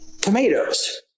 tomatoes